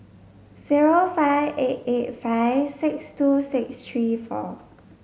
zero five eight eight five six two six three four